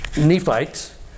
Nephites